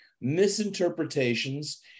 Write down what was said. misinterpretations